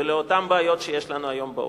ולאותן בעיות שיש לנו היום בעולם.